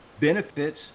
benefits